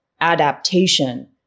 adaptation